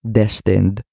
destined